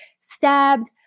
stabbed